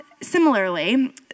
similarly